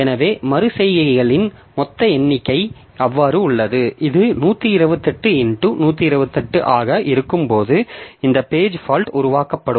எனவே மறு செய்கைகளின் மொத்த எண்ணிக்கை அவ்வாறு உள்ளது இது 128 x 128 ஆக இருக்கும்போது எந்த பேஜ் பால்ட் உருவாக்கப்படும்